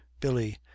Billy